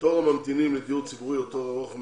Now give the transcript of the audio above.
תור הממתינים לדיור ציבורי הוא תור ארוך מאוד.